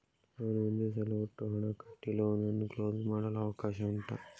ನಾನು ಒಂದೇ ಸಲ ಒಟ್ಟು ಹಣ ಕಟ್ಟಿ ಲೋನ್ ಅನ್ನು ಕ್ಲೋಸ್ ಮಾಡಲು ಅವಕಾಶ ಉಂಟಾ